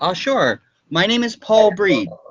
ah sure my name is paul breed